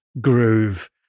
groove